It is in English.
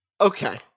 Okay